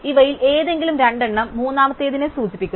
ഇവയിൽ ഏതെങ്കിലും രണ്ടെണ്ണം മൂന്നാമത്തേതിനെ സൂചിപ്പിക്കുന്നു